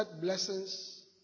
blessings